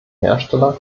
hersteller